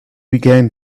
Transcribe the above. began